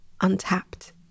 untapped